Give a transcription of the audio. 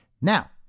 Now